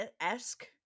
esque